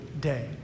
day